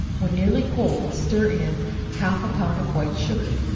when nearly cold stir in half a pound of white sugar,